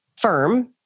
firm